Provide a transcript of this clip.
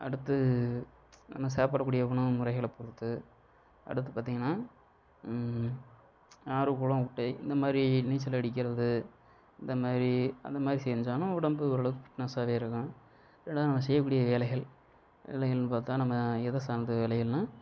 அடுத்து நாம் சாப்பிட கூடிய உணவு முறைகளை பொருத்து அடுத்து பார்த்தீங்கனா ஆறு குளம் குட்டை இந்த மாதிரி நீச்சல் அடிக்கிறது இந்த மாதிரி அந்த மாதிரி செஞ்சோம்னா உடம்பு ஓரளவுக்கு ஃபிட்னஸாகவே இருக்கும் இதுதான் நம்ம செய்யக்கூடிய வேலைகள் வேலைகள்னு பார்த்தா நம்ம எதை சார்ந்த வேலைகள்னு